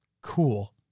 Cool